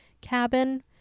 cabin